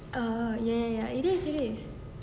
err ya ya ya it is it is